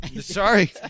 Sorry